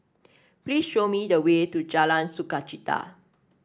please show me the way to Jalan Sukachita